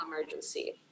emergency